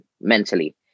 mentally